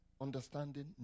understanding